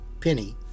Penny